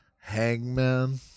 hangman